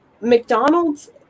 McDonald's